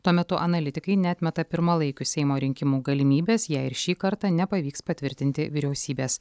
tuo metu analitikai neatmeta pirmalaikių seimo rinkimų galimybės jei ir šį kartą nepavyks patvirtinti vyriausybės